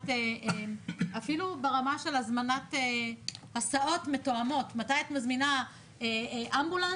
אפילו ברמה של הזמנת הסעות מתואמות מתי את מזמינה אמבולנס?